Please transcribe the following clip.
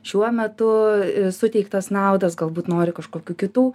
šiuo metu suteiktas naudas galbūt nori kažkokių kitų